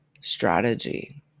strategy